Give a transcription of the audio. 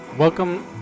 Welcome